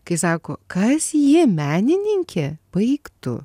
kai sako kas ji menininkė baik tu